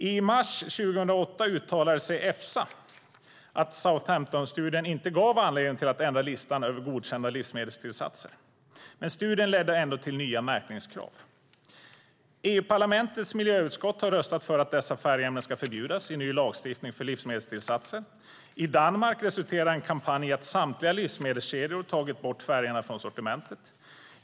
I mars 2008 uttalade Efsa att Southamptonstudien inte gav anledning att ändra listan över godkända livsmedelstillsatser. Studien ledde dock till nya märkningskrav. EU-parlamentets miljöutskott har röstat för att dessa färgämnen ska förbjudas i ny lagstiftning för livsmedelstillsatser. I Danmark resulterade en kampanj i att samtliga livsmedelskedjor tog bort färgerna från sortimentet.